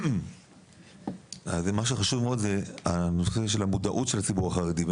מה שחשוב זה נושא המודעות בציבור החרדי.